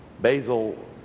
Basil